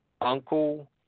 uncle